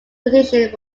petition